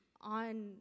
on